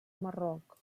marroc